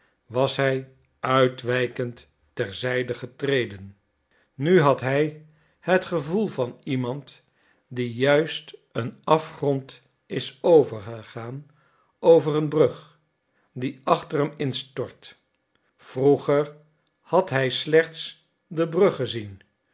was hij uitwijkend ter zijde getreden nu had hij het gevoel van iemand die juist een afgrond is overgegaan over een brug die achter hem instort vroeger had hij slechts de brug gezien